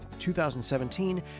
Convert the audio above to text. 2017